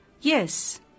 Yes